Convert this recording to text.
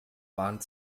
waren